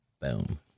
Boom